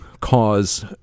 cause